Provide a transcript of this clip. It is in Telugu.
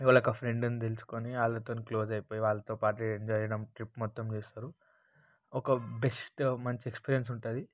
ఇవాళ ఒక ఫ్రెండ్ని తెలుసుకుని వాళ్ళతోనే క్లోజ్ అయిపోయి వాళ్ళతో పాటే ఎంజాయ్ చేయడం వాళ్ళతో పాటే ట్రిప్ మొత్తం చేస్తారు ఒక బెస్ట్ మంచి ఎక్స్పీరియన్స్ ఉంటుంది